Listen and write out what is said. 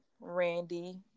Randy